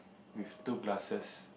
with two glasses